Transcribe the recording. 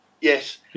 Yes